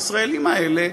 הישראלים האלה,